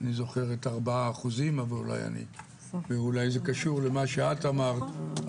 אני זוכר את ארבעה האחוזים אבל אולי זה קשור למה שאת אמרת,